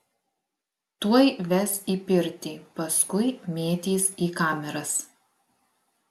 tuoj ves į pirtį paskui mėtys į kameras